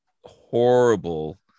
horrible